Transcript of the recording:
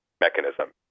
mechanism